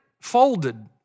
folded